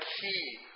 key